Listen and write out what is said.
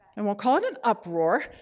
and we'll call it an uproar,